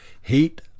heat